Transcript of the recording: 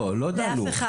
לא דנו,